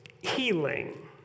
healing